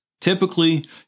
Typically